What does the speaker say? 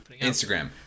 Instagram